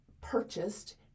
purchased